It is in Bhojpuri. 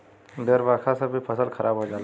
ढेर बरखा से भी फसल खराब हो जाले